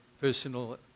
personal